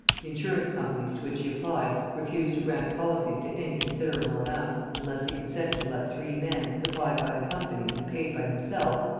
the insurance companies to which he applied refused to grant policies to any considerable amount unless he consented to let three men, supplied by the companies and paid by himself,